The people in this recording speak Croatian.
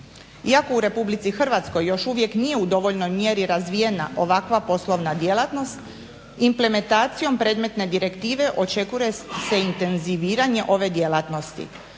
Iako u RH još uvijek nije u dovoljnoj mjeri razvijena ovakva poslovna djelatnost, implementacijom predmetne direktive očekuje se intenziviranje ove djelatnosti